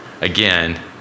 again